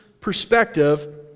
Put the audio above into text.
perspective